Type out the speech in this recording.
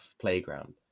playground